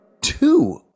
two